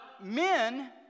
men